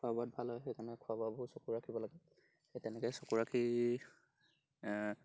খোৱা বোৱাত ভাল হয় সেইকাৰণে খোৱা বোৱাবোৰ চকু ৰাখিব লাগে সেই তেনেকৈ চকু ৰাখি